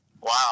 Wow